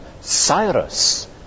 Cyrus